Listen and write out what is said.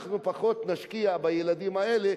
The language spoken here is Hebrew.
כי אנחנו נשקיע פחות בילדים האלה.